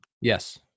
Yes